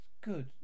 good